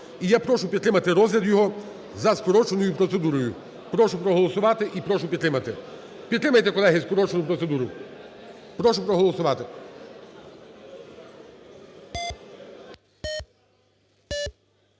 І я прошу підтримати розгляд його за скороченою процедурою. Прошу проголосувати і прошу підтримати. Підтримайте, колеги, скорочену процедуру. Прошу проголосувати.